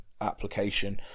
application